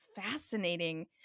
fascinating